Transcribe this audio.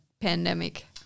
pandemic